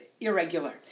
irregular